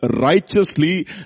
righteously